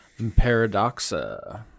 Paradoxa